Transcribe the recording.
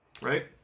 Right